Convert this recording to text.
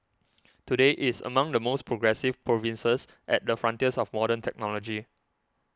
today it is among the most progressive provinces at the frontiers of modern technology